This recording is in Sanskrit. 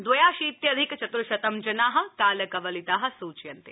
द्वयाशित्यधिक चत्शतं जना कालकवलिता सूच्यन्ते